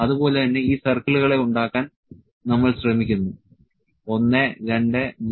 അതുപോലെ തന്നെ ഈ സർക്കിളുകളെ ഉണ്ടാക്കാൻ നമ്മൾ ശ്രമിക്കുന്നു 1 2 3 4